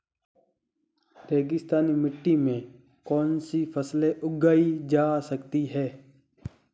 रेगिस्तानी मिट्टी में कौनसी फसलें उगाई जा सकती हैं?